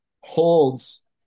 holds